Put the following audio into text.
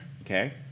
okay